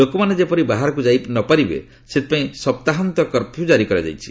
ଲୋକମାନେ ଯେପରି ବାହାରକୁ ଯାଇ ନ ପାରିବେ ସେଥିପାଇଁ ସପ୍ତାହନ୍ତ କର୍ଫ୍ୟୁ ଜାରି କରାଯାଇଛି